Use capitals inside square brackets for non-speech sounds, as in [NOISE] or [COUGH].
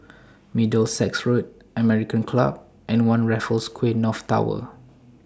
[NOISE] Middlesex Road American Club and one Raffles Quay North Tower